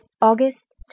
August